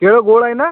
केळं गोड आहे ना